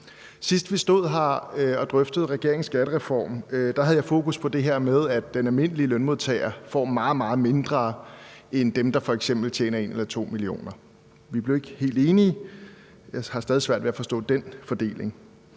her og drøftede regeringens skattereform, havde jeg fokus på det her med, at den almindelige lønmodtager får meget, meget mindre end dem, der f.eks. tjener 1 eller 2 mio. kr. Vi blev ikke helt enige. Jeg har stadig svært ved at forstå den fordeling.